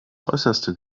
äußerste